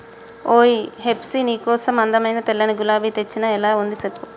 ఓయ్ హెప్సీ నీ కోసం అందమైన తెల్లని గులాబీ తెచ్చిన ఎలా ఉంది సెప్పు